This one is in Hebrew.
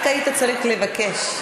רק היית צריך לבקש.